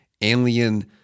alien